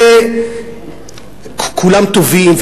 כולם טובים,